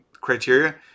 criteria